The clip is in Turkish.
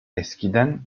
eskiden